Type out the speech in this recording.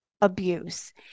abuse